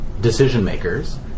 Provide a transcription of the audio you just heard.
decision-makers